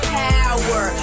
power